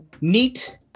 neat